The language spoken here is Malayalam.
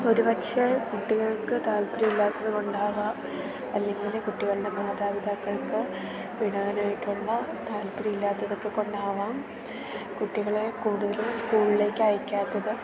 ഒരുപക്ഷേ കുട്ടികൾക്ക് താല്പര്യം ഇല്ലാത്തത് കൊണ്ടാവാം അല്ലെങ്കില് കുട്ടികളുടെ മാതാപിതാക്കൾക്ക് വിടാനായിട്ടുള്ള താല്പര്യം ഇല്ലാത്തതൊക്കെ കൊണ്ടാവാം കുട്ടികളെ കൂടുതലും സ്കൂളിലേക്ക് അയക്കാത്തത്